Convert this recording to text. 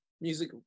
music